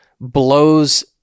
blows